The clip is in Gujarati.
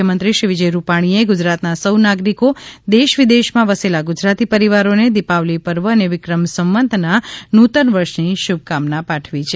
મુખ્યમંત્રી શ્રી વિજયભાઇ રૂપાણીએ ગુજરાતના સૌ નાગરિકો દેશ વિદેશમાં વસેલા ગુજરાતી પરિવારોને દિપાવલી પર્વ અને વિક્રમ સંવતના નૂતનવર્ષની શુભકામનાઓ પાઠવી છે